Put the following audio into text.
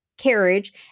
carriage